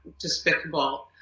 despicable